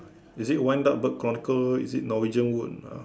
is it Wind Up Bird Chronicle is it Norwegian Wood uh